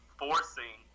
forcing